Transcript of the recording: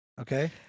Okay